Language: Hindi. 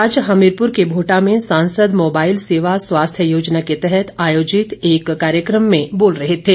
वे आज हमीरपुर के भोटा में सांसद मोबाईल सेवा स्वास्थ्य योजना के तहत आयोजित एक कार्यक्रम में बोल रहे थे